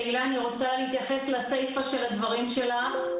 תהלה, אני רוצה להתייחס לסיפה של הדברים שלך.